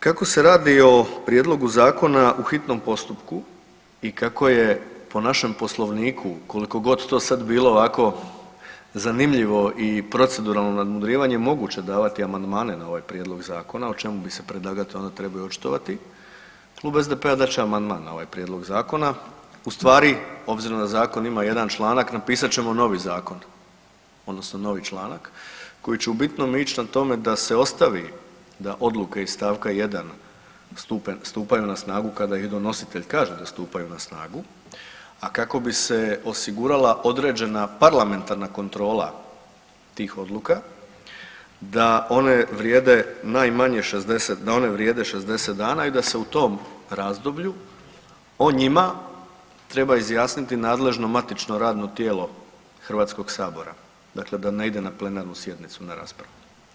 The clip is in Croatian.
Kako se radi o prijedlogu zakona u hitnom postupku i kako je po našem Poslovniku, koliko god to sad bilo ovako, zanimljivo i proceduralno nadmudrivanje i moguće davati amandmane na ovaj prijedlog zakona, o čemu bi se predlagatelj onda trebao i očitovati, Klub SDP-a dat će amandman na ovaj prijedlog zakona, ustvari, obzirom da zakon ima jedan članak, napisat ćemo novi zakon, odnosno novi članak koji će u bitnome ići na tome da se ostavi da odluke iz st. 1 stupaju na snagu kada ih donositelj kaže da stupaju na snagu, a kak bi se osigurala određena parlamentarna kontrola tih odluka da one vrijede najmanje 60, da one vrijede 60 dana i da se u tom razdoblju o njima treba izjasniti nadležno matično radno tijelo HS-a, dakle da ne ide na plenarnu sjednicu na raspravu.